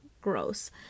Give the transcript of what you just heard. gross